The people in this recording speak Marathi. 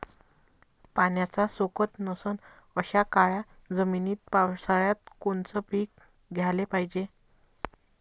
पाण्याचा सोकत नसन अशा काळ्या जमिनीत पावसाळ्यात कोनचं पीक घ्याले पायजे?